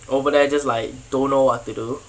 over there just like don't know what to do